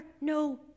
no